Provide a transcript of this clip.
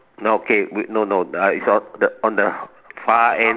okay wait no no I is on the one the far end